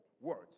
words